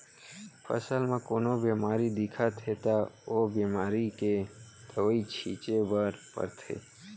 फसल म कोनो बेमारी दिखत हे त ओ बेमारी के दवई छिंचे बर परथे